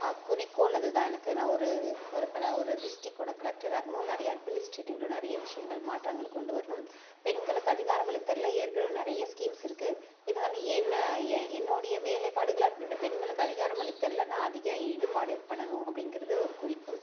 ஆ குறிக்கோள் அது தான் எனக்கு நான் ஒரு ஒரு கல ஒரு டிஸ்டிக்கோடய கலெக்டர் ஆகணும் நிறைய அட்மினிஸ்ட்ரேடிவில் நிறைய விஷயங்கள் மாற்றங்கள் கொண்டு வரணும் பெண்களுக்கு அதிகாரம் அளித்தலில் ஏற்கனவே நிறைய ஸ்கீம்ஸ் இருக்குது இருந்தாலும் என்ன எ என்னுடைய வேலைபாடுகளால் இந்த பெண்களுக்கு அதிகாரம் அளித்தலில் நான் அதிகம் ஈடுபாடுபடணும் அப்படிங்கிறது ஒரு குறிக்கோள்